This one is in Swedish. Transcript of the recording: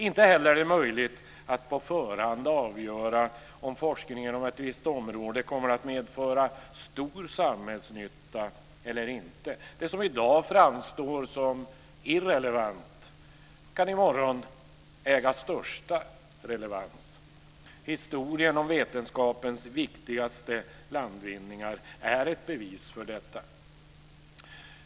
Inte heller är det möjligt att på förhand avgöra om forskningen inom ett visst område kommer att medföra stor samhällsnytta eller inte. Det som i dag framstår som irrelevant kan i morgon äga största relevans. Historien om vetenskapens viktigaste landvinningar är ett bevis för detta.